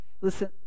Listen